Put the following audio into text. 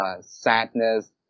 sadness